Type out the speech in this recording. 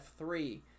F3